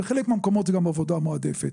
וחלק מהמקומות זה גם עבודה מועדפת.